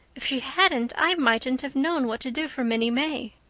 if she hadn't i mightn't have known what to do for minnie may.